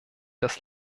des